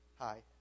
Hi